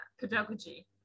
pedagogy